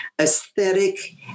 aesthetic